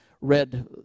read